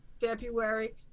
February